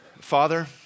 Father